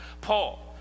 Paul